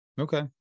Okay